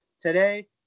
today